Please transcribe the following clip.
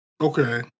Okay